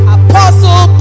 apostle